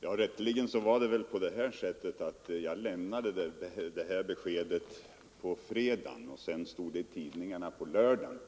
Herr talman! Rätteligen var det så att jag lämnade mitt besked på fredagen, och sedan återgavs det i tidningarna på lördagen.